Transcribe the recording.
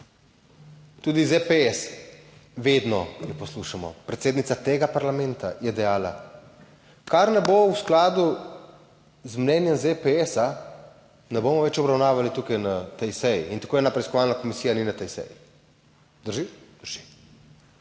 Tudi ZPS, vedno jo poslušamo. Predsednica tega parlamenta je dejala, kar ne bo v skladu z mnenjem ZPS, ne bomo več obravnavali tukaj na tej seji in tako ena preiskovalna komisija ni na tej seji. Drži? Drži.